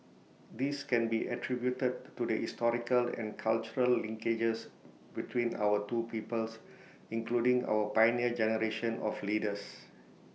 this can be attributed to the historical and cultural linkages between our two peoples including our Pioneer Generation of leaders